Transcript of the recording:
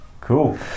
Cool